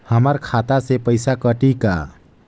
हमर खाता से पइसा कठी का?